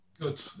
Good